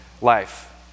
life